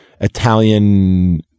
Italian